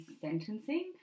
sentencing